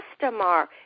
customer